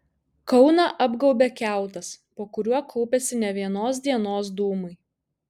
kauną apgaubė kiautas po kuriuo kaupiasi ne vienos dienos dūmai